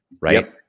right